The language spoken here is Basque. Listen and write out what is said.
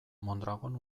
mondragon